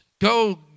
Go